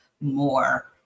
more